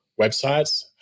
websites